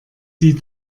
sie